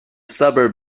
suburb